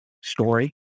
story